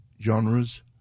genres